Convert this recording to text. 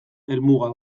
helmuga